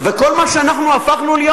וכל מה שאנחנו הפכנו להיות,